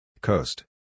Coast